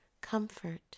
comfort